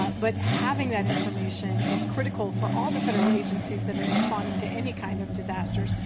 ah but having that information is critical for all the federal agencies that are responding to any kind of disasters.